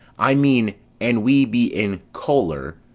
i mean, an we be in choler,